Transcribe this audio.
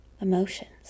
emotions